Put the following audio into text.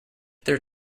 their